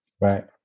Right